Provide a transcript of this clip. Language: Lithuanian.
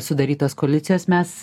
sudarytos koalicijos mes